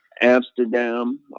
amsterdam